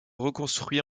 reconstruit